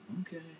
Okay